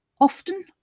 often